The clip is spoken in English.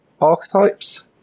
archetypes